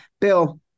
Bill